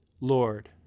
Lord